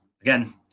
Again